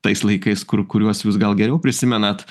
tais laikais kur kuriuos jūs gal geriau prisimenat